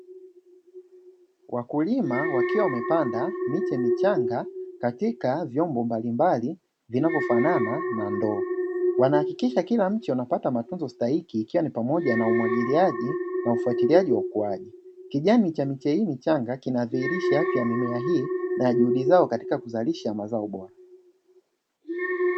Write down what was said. Wakulima wakiwa wamepanda miche michanga katika vyombo mbalimbali vinavyo fanana na ndoo, wana hakikisha kila mche unapata matunzo stahiki ikiwa ni pamoja na umwagiliaji na ufatiliaji wa ukuaji kijani cha miche hii michanga, kinadhirisha afya ya mimea hii na juhudi zao katika kuzalia mazao bora.